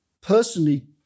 personally